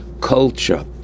culture